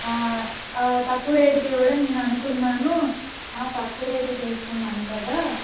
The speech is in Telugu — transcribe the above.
తక్కువ రేటుకి ఇవ్వడం నేను అనుకున్నాను ఆ తక్కువ రేట్కి తీసుకున్నాను కదా